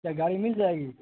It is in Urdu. اچھا گاڑی مل جائے گی